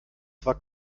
zwar